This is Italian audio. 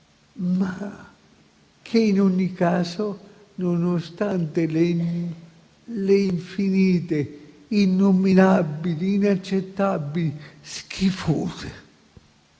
e che in ogni caso, nonostante le infinite, innominabili, inaccettabili e schifose